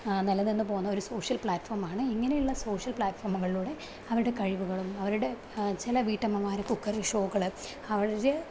നില നിന്ന് പോകുന്ന ഒരു സോഷ്യൽ പ്ലാറ്റ്ഫോമാണ് ഇങ്ങനെയുള്ള സോഷ്യൽ ഫ്ലാറ്റ്ഫോമുകളിലൂടെ അവരുടെ കഴിവുകളും അവരുടെ ചില വീട്ടമ്മമാരുടെ കുക്കറി ഷോകള് അവര്